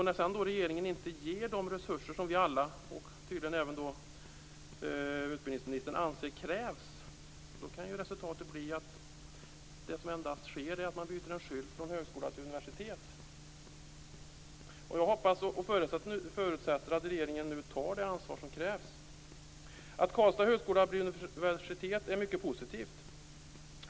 När sedan regeringen inte ger de resurser som vi alla - och tydligen även utbildningsministern - anser krävs kan resultatet bli att det enda som sker är att man byter skylt från högskola till universitet. Jag hoppas och förutsätter att regeringen nu tar det ansvar som krävs. Att Karlstad högskola blivit universitet är mycket positivt.